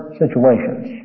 situations